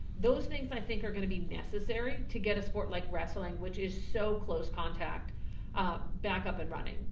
those things i think are gonna be necessary to get a sport like wrestling which is so close contact ah back up and running.